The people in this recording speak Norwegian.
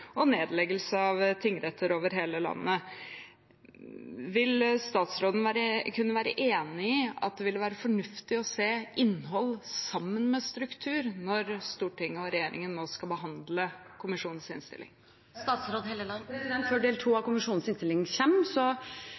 nedleggelse av tingretter over hele landet. Vil statsråden kunne være enig i at det ville være fornuftig å se innhold sammen med struktur når Stortinget og regjeringen nå skal behandle kommisjonens innstilling? Før del to av kommisjonens innstilling